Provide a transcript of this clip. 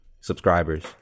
subscribers